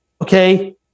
Okay